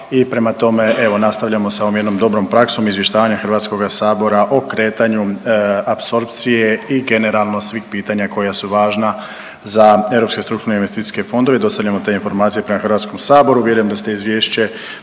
i prema tome, evo nastavljamo sa ovom jednom dobrom praksom izvještavanja Hrvatskoga sabora o kretanju, apsorpcije i generalno svih pitanja koja su važna za europske strukturne investicijske fondove. Dostavljamo te informacije prema Hrvatskom saboru. Vjerujem da ste izvješće